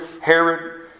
Herod